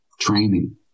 training